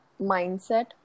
mindset